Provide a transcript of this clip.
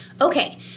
Okay